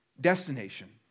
destination